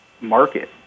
market